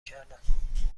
کردم